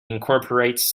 incorporates